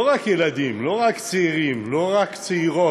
לא רק ילדים, לא רק צעירים, לא רק צעירות,